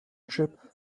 ship